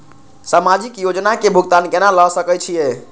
समाजिक योजना के भुगतान केना ल सके छिऐ?